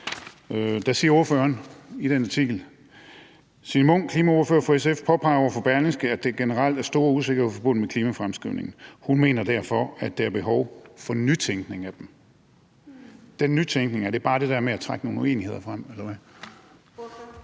siger ordføreren: Signe Munk, klimaordfører for SF, påpeger over for Berlingske, at der generelt er stor usikkerhed forbundet med klimafremskrivningen. Hun mener derfor, at der er behov for nytænkning. Er den nytænkning bare det der med at trække nogle uenigheder frem, eller hvad?